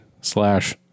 slash